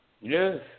Yes